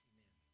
Amen